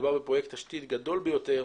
מדובר בפרויקט תשתית גדול ביותר